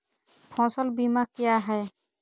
फ़सल बीमा क्या है?